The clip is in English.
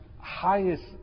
highest